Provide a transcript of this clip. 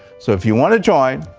so if you want to join,